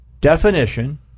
definition